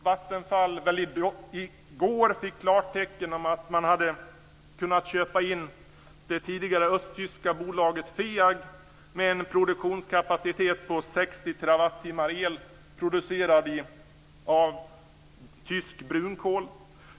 Vattenfall fick i går klartecken till att köpa in det tidigare östtyska bolaget Veag med en produktionskapacitet på 60 TWh el producerad av tysk brunkol.